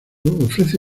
ofrece